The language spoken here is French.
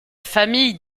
famille